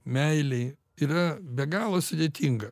meilei ir yra be galo sudėtinga